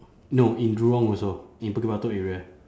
no in jurong also in bukit batok area